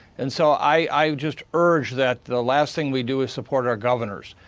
and so i just urge that the last thing we do is support our governors.